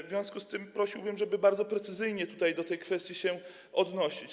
W związku z tym prosiłbym, żeby bardzo precyzyjnie tutaj do tej kwestii się odnosić.